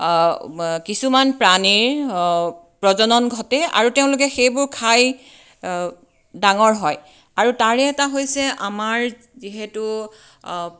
কিছুমান প্ৰাণীৰ প্ৰজনন ঘটে আৰু তেওঁলোকে সেইবোৰ খাই ডাঙৰ হয় আৰু তাৰে এটা হৈছে আমাৰ যিহেতু